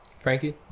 Frankie